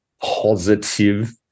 positive